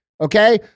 Okay